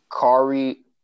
Kari